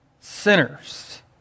sinners